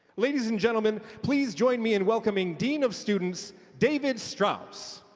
ladies and gentlemen, please join me in welcoming dean of students, david strauss.